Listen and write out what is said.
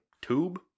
tube